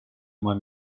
moi